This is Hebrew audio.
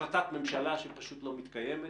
החלטת ממשלה שפשוט לא מתקיימת,